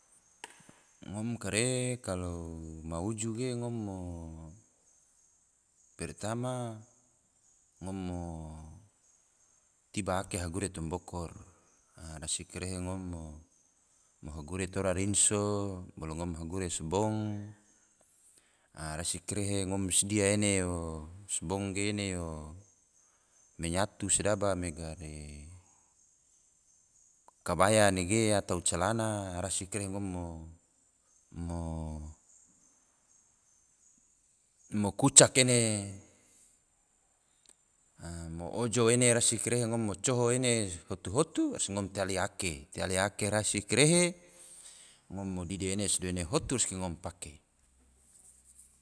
Ngom kare klao ma uju ge ngom mo pertama ngom mo tiba ake hagure toma bokor, rasi kare ngom mahagure toma rinso bolo ngom hagure sabong, rasi karehe ngom sodia ene sabong ge ene yo menyatu sedaba mega re kabaya nege, atau calana rasi karehe ngom mo kucak ene, mo ojo ene rasi karehe ngom mo coho ene hotu-hotu, rasi ngom tiali ake, tiali ake rasi karehe ngom o dide ene sodo ene hotu, rasi ngom pake